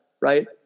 right